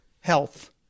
Health